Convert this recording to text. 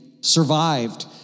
survived